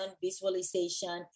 visualization